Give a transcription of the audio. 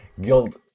guild